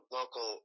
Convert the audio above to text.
local –